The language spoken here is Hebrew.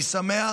אני שמח